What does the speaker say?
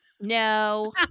No